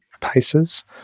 paces